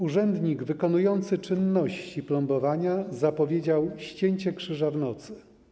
Urzędnik wykonujący czynności plombowania zapowiedział ścięcie krzyża w nocy.